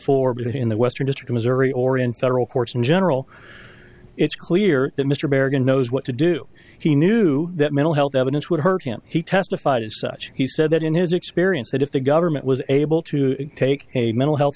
good in the western district missouri or in federal courts in general it's clear that mr barron knows what to do he knew that mental health evidence would hurt him he testified as such he said that in his experience that if the government was able to take a mental health